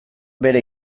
bere